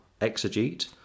exegete